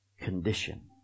condition